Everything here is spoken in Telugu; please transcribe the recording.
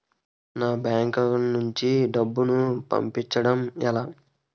నా బ్యాంక్ అకౌంట్ నుంచి డబ్బును పంపించడం ఎలా?